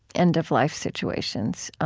end-of-life situations.